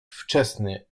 wczesny